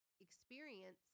experience